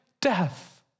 death